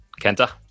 Kenta